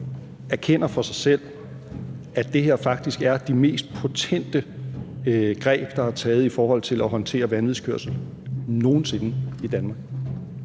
erkender for sig selv, at det her faktisk er de mest potente greb, der er taget i forhold til at håndtere vanvidskørsel nogen sinde i Danmark.